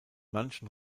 manchen